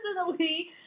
personally